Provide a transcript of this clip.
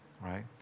Right